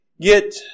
get